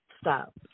Stop